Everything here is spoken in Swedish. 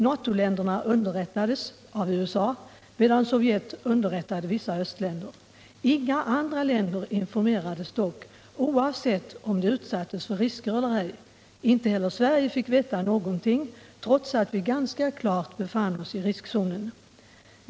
NATO-länderna underrättades av USA, medan Sovjet underrättade vissa östländer. Inga andra länder informerades dock, oavsett om de utsattes för risker eller ej. Inte heller Sverige fick veta någonting, trots att vi ganska klart befann oss i riskzonen.